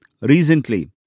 Recently